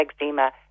eczema